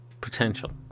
potential